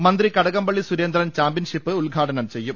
മന്ത്രി കടകംപള്ളി സുരേന്ദ്രൻ ചാമ്പ്യൻഷിപ്പ് ഉദ്ഘാടനം ചെയ്യും